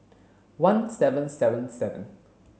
one seven seven seven